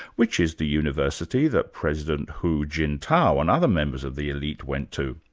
which is the university that president hu jintao, and other members of the elite went to.